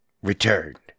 returned